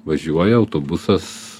važiuoja autobusas